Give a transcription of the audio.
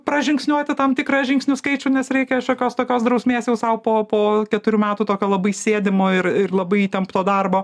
pražingsniuoti tam tikrą žingsnių skaičių nes reikia šiokios tokios drausmės jau sau po po keturių metų tokio labai sėdimo ir ir labai įtempto darbo